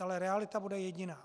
Ale realita bude jediná.